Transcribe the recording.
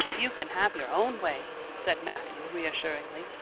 you can have your own way, said matthew reassuringly.